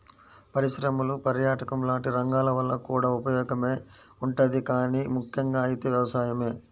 పరిశ్రమలు, పర్యాటకం లాంటి రంగాల వల్ల కూడా ఉపయోగమే ఉంటది గానీ ముక్కెంగా అయితే వ్యవసాయమే